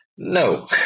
No